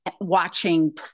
watching